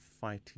fighting